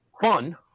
fun